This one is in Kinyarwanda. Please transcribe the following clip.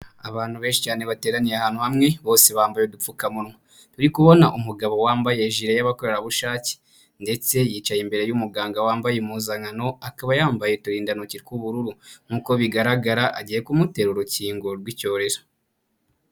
Abantu benshi cyane bateraniye ahantu hamwe bose bambaye udupfukamunwa, turikubona umugabo wambaye ijire y'abakorerabushake ndetse yicaye imbere y'umuganga wambaye impuzankano akaba yambaye uturindantoki t'wubururu nk'uko bigaragara agiye kumutera urukingo rw'icyorezo.